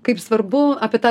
kaip svarbu apie tą